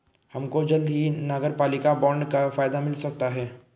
हमको जल्द ही नगरपालिका बॉन्ड का फायदा मिल सकता है